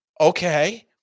Okay